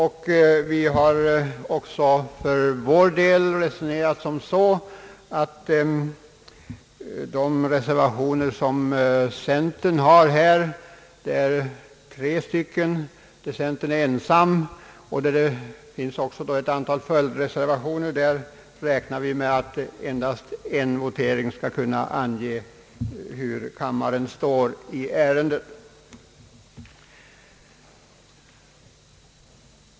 Centern har här ensam tre reservationer — det finns också ett antal följdreservationer — och vi har för vår del resonerat så att det räcker med endast en votering för att ange hur kammaren ställer sig till ärendet.